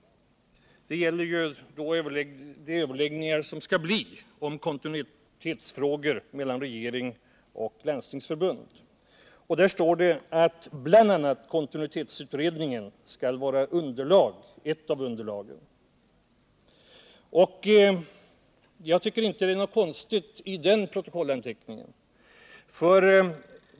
Det gäller de överläggningar som skall hållas om kontinuitetsfrågor mellan regeringen och Landstingsförbundet. I protokollsanteckningen står bl.a. att kontinuitetsutredningen skall vara ett av underlagen. Jag tycker inte att det är något konstigt med den protokollsanteckningen.